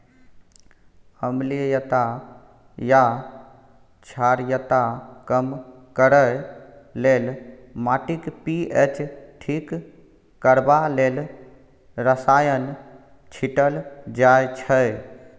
अम्लीयता या क्षारीयता कम करय लेल, माटिक पी.एच ठीक करबा लेल रसायन छीटल जाइ छै